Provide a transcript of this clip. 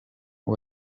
uwo